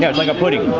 yeah like a pudding.